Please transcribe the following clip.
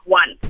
one